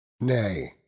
Nay